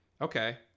Okay